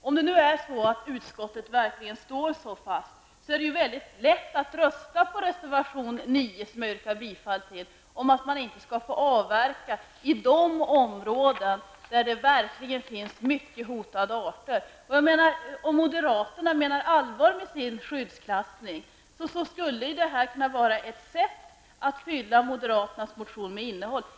Fru talman! Om utskottet nu står så fast vid sin ståndpunkt är det mycket lätt att rösta på reservation 9, som jag yrkar bifall till, om att man inte skall få avverka i de områden där det verkligen finns många hotade arter. Om moderaterna menar allvar med sin skyddsklassning skulle ju det här kunna vara ett sätt att fylla moderaternas motion med innehåll.